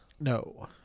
No